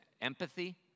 Empathy